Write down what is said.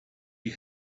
you